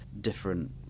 different